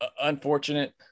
unfortunate